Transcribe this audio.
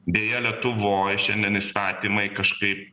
beje lietuvoj šiandien įstatymai kažkaip